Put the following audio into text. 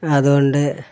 അതുകൊണ്ട്